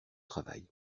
travail